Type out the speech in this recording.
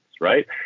right